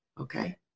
Okay